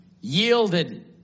yielded